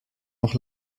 auch